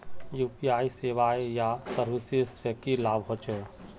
UPI सेवाएँ या services से की लाभ होचे?